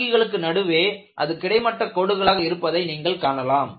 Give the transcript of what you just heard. தாங்கிகளுக்கு நடுவே அது கிடைமட்ட கோடுகளாக இருப்பதை நீங்கள் காணலாம்